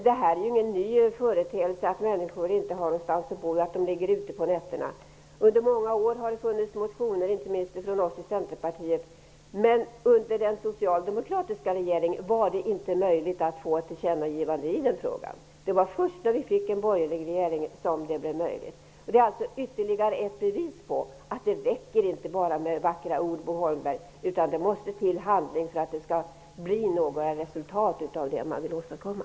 Men det är inte en ny företeelse att människor inte har någonstans att bo och att de ligger ute på nätterna. Under många år har det förekommit motioner i det avseendet, inte minst från oss i Centerpartiet. Men under den socialdemokratiska regeringen var det inte möjligt att få till stånd ett tillkännagivande i den här frågan. Det var först när vi fick en borgerlig regering som det blev möjligt. Detta är ytterligare ett bevis på att det inte räcker med enbart vackra ord, Bo Holmberg! Det behövs också handling för att det skall bli resultat när det gäller sådant som man vill åstadkomma.